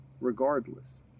regardless